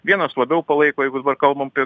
vienos labiau palaiko jeigu dabar kalbam apie